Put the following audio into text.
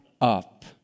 up